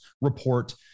report